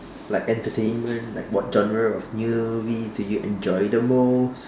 like entertainment like what genre of movies do you enjoy the most